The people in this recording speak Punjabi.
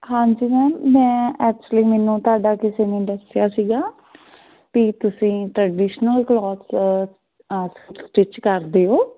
ਹਾਂਜੀ ਮੈਮ ਮੈਂ ਐਕਚੁਲੀ ਮੈਨੂੰ ਤੁਹਾਡਾ ਕਿਸੇ ਨੇ ਦੱਸਿਆ ਸੀਗਾ ਵੀ ਤੁਸੀਂ ਟ੍ਰਡੀਸ਼ਨਲ ਕਲੋਥਸ ਸਟਿੱਚ ਕਰਦੇ ਹੋ